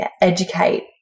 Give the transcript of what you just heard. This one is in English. educate